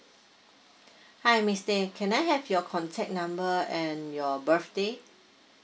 hi miss stay can I have your contact number and your birthday